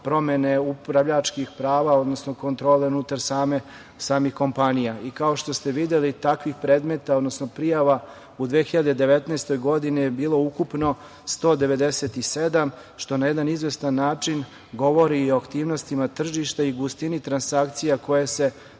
promene upravljačkih prava, odnosno kontrole unutar samih kompanija. Kao što ste videli, takvih predmeta, odnosno prijava u 2019. godini je bilo ukupno 197, što na jedan izvestan način govori i o aktivnostima tržišta i gustini transakcija koje se